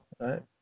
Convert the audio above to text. right